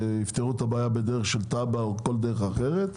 שיפתרו את הבעיה בדרך של תב"ע או בכל דרך אחרת.